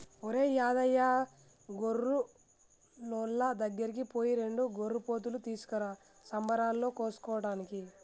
ఒరేయ్ యాదయ్య గొర్రులోళ్ళ దగ్గరికి పోయి రెండు గొర్రెపోతులు తీసుకురా సంబరాలలో కోసుకోటానికి